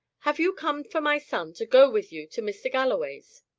have you come for my son to go with you to mr. galloway's?